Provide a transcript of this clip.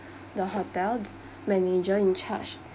the hotel manager in charge